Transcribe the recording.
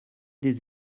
des